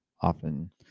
Often